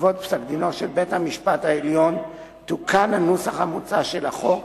בעקבות פסק-דינו של בית-המשפט העליון תוקן הנוסח המוצע של החוק